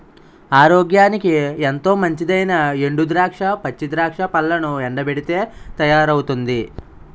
ఆరోగ్యానికి ఎంతో మంచిదైనా ఎండు ద్రాక్ష, పచ్చి ద్రాక్ష పళ్లను ఎండబెట్టితే తయారవుతుంది